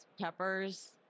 peppers